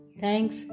Thanks